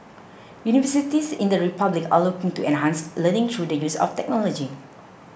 universities in the republic are looking to enhance learning through the use of technology